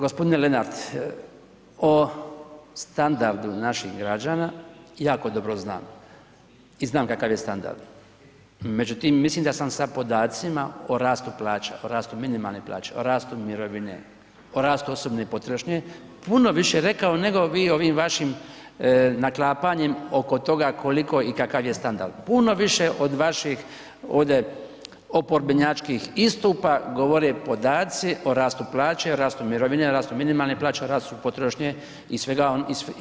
Gospodine Lenart o standardu naših građana jako dobro znam i znam kakav je standard, međutim mislim da sam sa podacima o rastu plaća, o rastu minimalne plaće, o rastu mirovine, o rastu osobne potrošnje, puno više rekao nego vi ovim vašim naklapanjem oko toga koliko i kakav je standard, puno više od vaših ovde oporbenjačkih istupa govore podaci o rastu plaća i o rastu mirovine, o rastu minimalne plaće, o rastu potrošnje i svemu onome što se događa u Hrvatskoj.